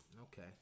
okay